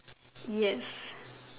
yes